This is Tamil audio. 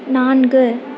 நான்கு